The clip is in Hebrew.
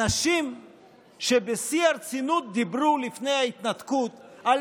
אנשים שבשיא הרצינות דיברו לפני ההתנתקות על